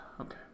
Okay